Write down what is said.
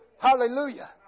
Hallelujah